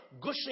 gushing